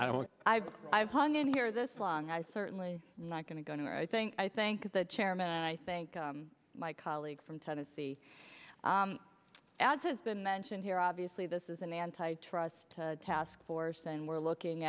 i don't i've i've hung in here this long i certainly not going to go nowhere i think i thank the chairman i think my colleague from tennessee as has been mentioned here obviously this is an antitrust taskforce and we're looking